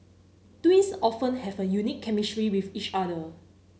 twins often have a unique chemistry with each other